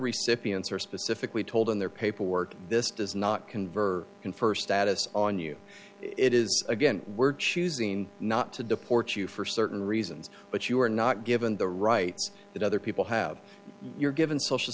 scipio's her specifically told in their paperwork this does not convert confer status on you it is again we're choosing not to deport you for certain reasons but you are not given the rights that other people have you're given social